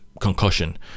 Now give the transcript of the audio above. Concussion